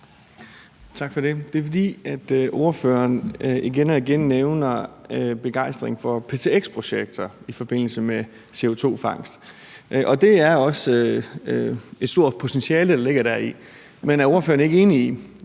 Tak for det. Jeg tager ordet, fordi ordføreren igen og igen nævner begejstringen for ptx-projekter i forbindelse med CO2-fangst, og det er også et stort potentiale, der ligger deri, men er ordføreren ikke enig i,